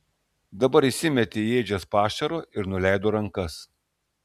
dabar jis įmetė į ėdžias pašaro ir nuleido rankas